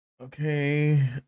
Okay